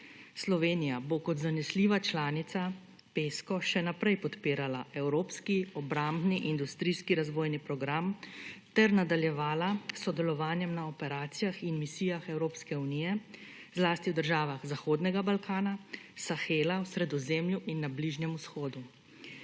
Slovenija bo kot zanesljiva članica PESCO še naprej podpirala evropski obrambni, industrijski razvojni program ter nadaljevala s sodelovanjem na operacijah in misijah Evropske unije zlasti v državah Zahodnega Balkana, Sahela, v Sredozemlju in na Bližnjem vzhodu.